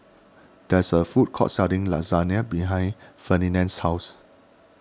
there is a food court selling Lasagne behind Ferdinand's house